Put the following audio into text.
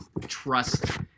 trust